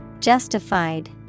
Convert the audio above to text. Justified